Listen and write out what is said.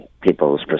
people's